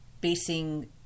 basing